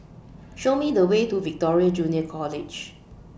Show Me The Way to Victoria Junior College